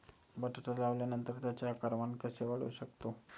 बटाटा लावल्यानंतर त्याचे आकारमान कसे वाढवू शकतो?